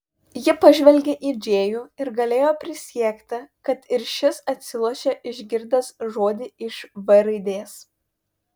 ji pažvelgė į džėjų ir galėjo prisiekti kad ir šis atsilošė išgirdęs žodį iš v raidės